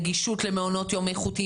נגישות למעונות יום איכותיים,